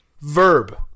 Verb